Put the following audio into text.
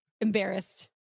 embarrassed